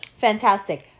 Fantastic